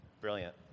Brilliant